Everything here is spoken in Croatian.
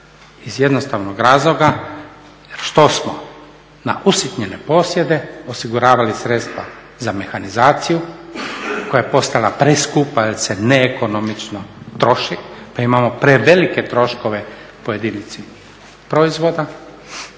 iz jednostavnog razloga jer što smo na usitnjene posjede osiguravali sredstva za mehanizaciju koja je postala preskupa jer se neekonomično troši pa imamo prevelike troškove po jedinici proizvoda